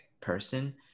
person